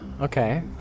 okay